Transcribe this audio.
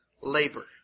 labor